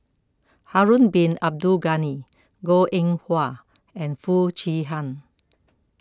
Harun Bin Abdul Ghani Goh Eng Wah and Foo Chee Han